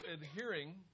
adhering